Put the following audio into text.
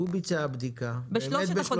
והוא הציג את אישור הוועדה כאמור למפעיל האווירי."